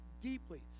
deeply